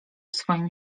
swoim